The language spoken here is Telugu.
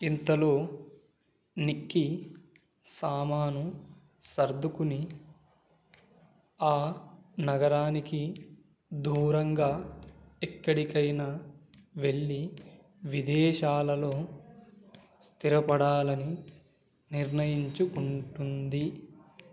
ఇంతలో నిక్కీ సామాను సర్దుకుని ఆ నగరానికి దూరంగా ఎక్కడికైనా వెళ్ళి విదేశాలలో స్థిరపడాలని నిర్ణయించుకుంటుంది